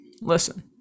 listen